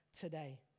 today